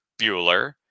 Bueller